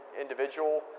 individual